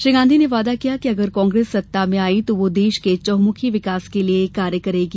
श्री गांधी ने वादा किया कि अगर कांग्रेस सत्ता में आई तो वह देश के चहुंमुखी विकास के लिए कार्य करेगी